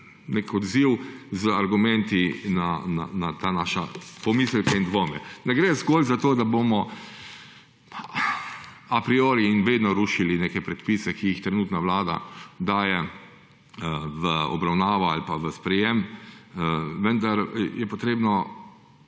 nek odziv z argumenti na te naše pomisleke in dvome. Ne gre zgolj zato, da bomo a priori in vedno rušili neke predpise, ki jih trenutna vlada daje v obravnavo ali v sprejem. Vendar je potrebno